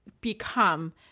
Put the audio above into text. become